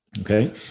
okay